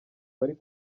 bari